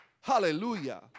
Hallelujah